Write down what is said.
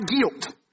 guilt